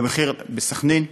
גם בסח'נין,